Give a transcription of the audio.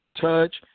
touch